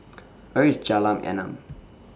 Where IS Jalan Enam